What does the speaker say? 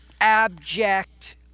abject